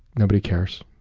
nobody cares.